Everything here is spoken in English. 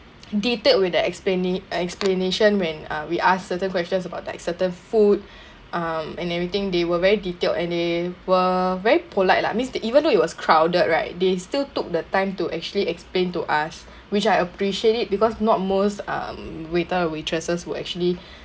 detailed with the explana~ explanation when uh we ask certain questions about like certain food um and everything they were very detailed and they were very polite lah I means the even though it was crowded right they still took the time to actually explain to us which I appreciate it because not most um waiter waitresses will actually